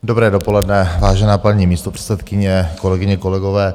Dobré dopoledne, vážená paní místopředsedkyně, kolegyně, kolegové.